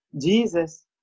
jesus